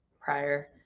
prior